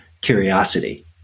curiosity